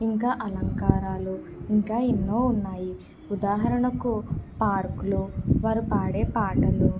ఇంకా అలంకారాలు ఇంకా ఎన్నో ఉన్నాయి ఉదాహరణకు పార్కులు వారు పాడే పాటలు